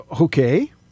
Okay